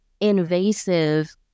invasive